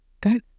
Go